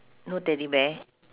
no teddy bear